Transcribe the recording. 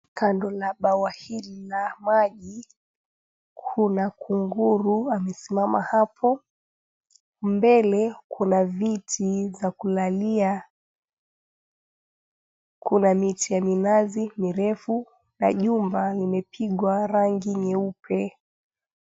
Kando na bwawa hili la maji kuna kunguru amesimama hapo. Mbele kuna viti vya kulalia, kuna miti ya minazi mirefu na jumba limepigwa rangi nyeupe.